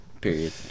Period